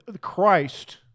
Christ